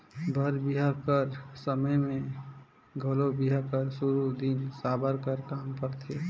बर बिहा कर समे मे घलो बिहा कर सुरू दिन साबर कर काम रहथे